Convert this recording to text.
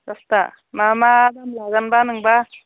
दसथा मा मा दाम लागोनबा नोंबा